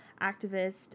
activist